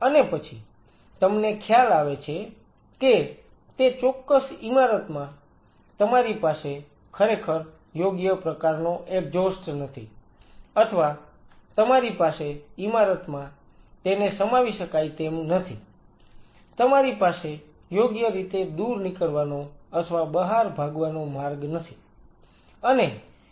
અને પછી તમને ખ્યાલ આવે છે કે તે ચોક્કસ ઈમારતમાં તમારી પાસે ખરેખર યોગ્ય પ્રકારનો એક્ઝોસ્ટ નથી અથવા તમારી પાસે ઈમારતમાં તેને સમાવી શકાય તેમ નથી તમારી પાસે યોગ્ય રીતે દૂર નીકળવાનો અથવા બહાર ભાગવાનો માર્ગ નથી